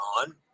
on